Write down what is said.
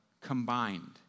combined